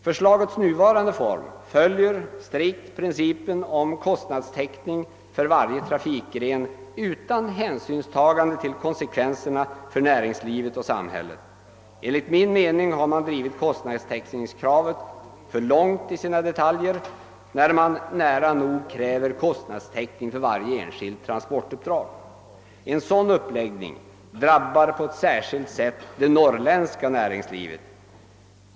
I sin nuvarande form följer det strikt principen om kostnadstäckning för varje trafikgren utan hänsynstagande till konsekvenserna för näringslivet och samhället. Enligt min mening har man drivit kostnadstäckningskravet för långt i dess detaljer, när man nära nog kräver kostnadstäckning för varje enskilt transportuppdrag. En sådan uppläggning drabbar på ett särskilt sätt det norrländska näringslivet.